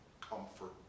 comfort